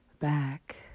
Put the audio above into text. back